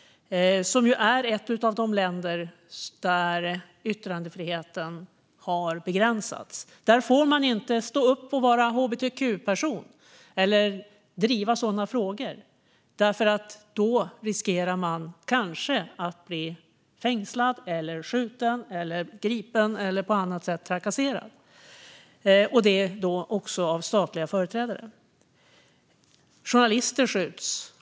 Det är ett av de länder där yttrandefriheten har begränsats. Där får man inte stå upp för att man är hbtq-person eller driva sådana frågor. Då riskerar man att kanske bli fängslad, skjuten, gripen eller att på annat sätt bli trakasserad av statliga företrädare. Journalister skjuts.